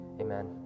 Amen